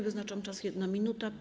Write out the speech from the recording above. Wyznaczam czas - 1 minuta.